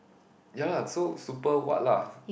ya lah so super what lah